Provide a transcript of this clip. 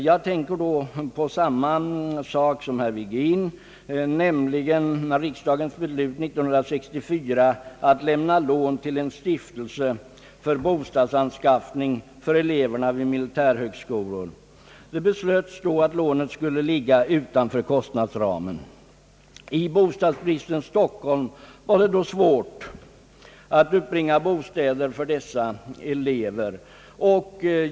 Jag tänker då på samma sak som herr Virgin, nämligen riksdagens beslut år 1964 att lämna lån till en stiftelse för bostadsanskaffning åt eleverna vid militärhögskolan. Det bestämdes då att det lånet skulle ligga innanför kostnadsramen. I bostadsbristens Stockholm var det svårt att uppbringa bostäder för dessa elever.